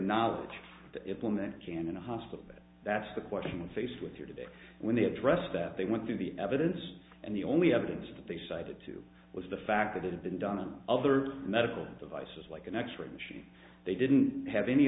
knowledge to implement can in a hospital that's the question faced with you today when they addressed that they went through the evidence and the only evidence that they cited two was the fact that it had been done on other medical devices like an x ray machine they didn't have any